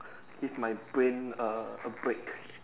give my brain a a break